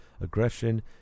aggression